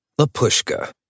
Lapushka